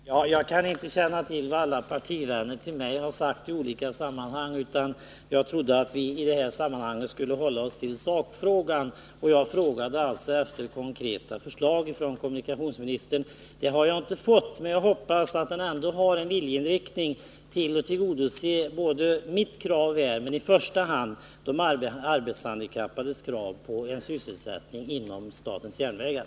Herr talman! Jag kan inte känna till vad alla partivänner till mig har sagt i olika sammanhang, men jag trodde att vi skulle hålla oss till sakfrågan. Jag frågade efter konkreta förslag från kommunikationsministern. Sådana har jag inte fått, men jag hoppas att han ändå har en vilja att tillgodose mitt krav, men i första hand de arbetshandikappades krav på att få sysselsättning vid statens järnvägar.